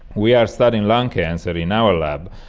we are studying lung cancer in our lab,